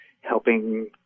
helping